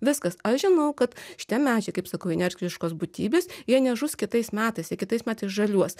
viskas aš žinau kad šitie medžiai kaip sakau inertiškos būtybės jie nežus kitais metais jie kitais metais žaliuos